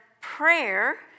prayer